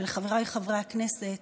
ולחבריי חברי הכנסת,